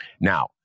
Now